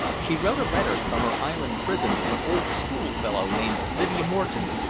she wrote a letter from her island prison to an old schoolfellow named lydia moreton,